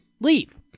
leave